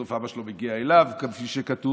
בסוף אבא שלו מגיע אליו, כפי שכתוב.